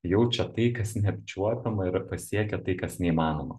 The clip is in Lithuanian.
jaučia tai kas neapčiuopiama ir pasiekia tai kas neįmanoma